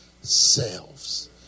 selves